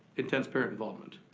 intense parent involvement.